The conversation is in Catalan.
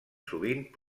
sovint